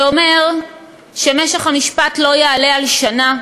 זה אומר שמשך זמן המשפט לא יעלה על שנה.